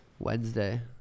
wednesday